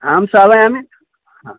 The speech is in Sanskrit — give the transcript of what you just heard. आं सर्वं हा